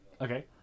Okay